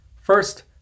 First